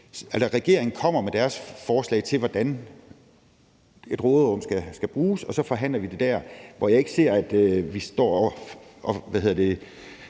regeringen kommer med deres forslag til, hvordan et råderum skal bruges, og at så forhandler vi det der. Jeg ser ikke for mig, at vi tager